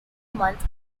months